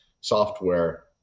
software